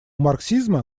марксизма